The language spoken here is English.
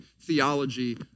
theology